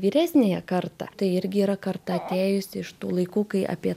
vyresniąją kartą tai irgi yra karta atėjusi iš tų laikų kai apie